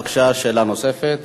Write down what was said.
בבקשה, שאלה נוספת.